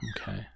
Okay